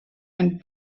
and